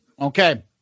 Okay